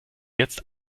jetzt